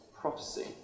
prophecy